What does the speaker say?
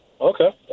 okay